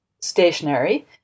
stationary